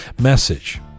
message